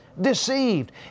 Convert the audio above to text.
deceived